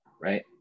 right